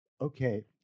Okay